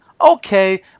Okay